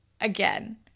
Again